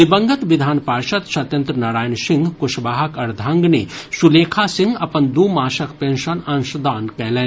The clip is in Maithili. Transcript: दिवंगत विधान पार्षद सत्येन्द्र नारायण सिंह कुशवाहाक अर्द्वांगिनी सुलेखा सिंह अपन दू मासक पेंशन अंशदान कयलनि